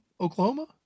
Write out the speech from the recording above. oklahoma